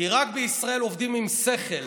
כי רק בישראל עובדים עם שכל,